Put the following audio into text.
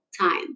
time